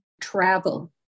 travel